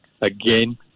again